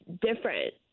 different